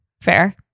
fair